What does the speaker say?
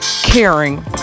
caring